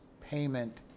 payment